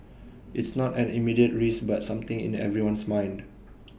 it's not an immediate risk but something in everyone's mind